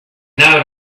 now